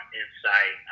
insight